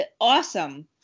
awesome